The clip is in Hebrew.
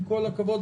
עם כל הכבוד,